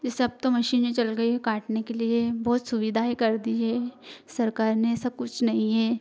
जैसे अब तो मशीने चल गई काटने के लिए बहुत सुविधाएँ कर दी है सरकार ने ऐसा कुछ नहीं हैं